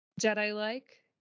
Jedi-like